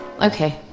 okay